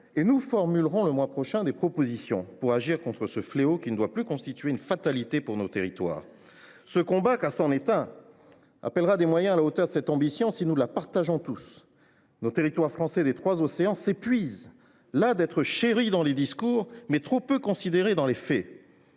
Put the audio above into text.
et nous formulerons le mois prochain des propositions pour agir contre ce fléau qui ne doit plus être une fatalité pour nos territoires. Ce combat – c’en est un !– appellera des moyens à la hauteur, si nous partageons tous la même ambition. Nos territoires français des trois océans s’épuisent, las d’être chéris dans les discours, mais trop peu considérés dans les faits.